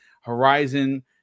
Horizon